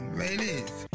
ladies